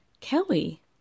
Kelly